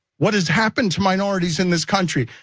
what has happened to minorities in this country?